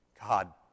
God